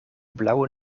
blauwe